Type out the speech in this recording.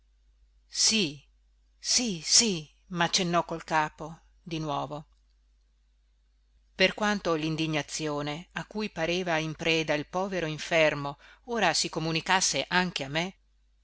caccio via sì sì sì maccennò col capo di nuovo per quanto lindignazione a cui pareva in preda il povero infermo ora si comunicasse anche a me